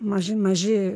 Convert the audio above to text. maži maži